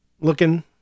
looking